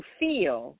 feel